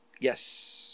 Yes